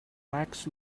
wax